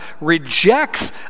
rejects